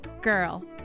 Girl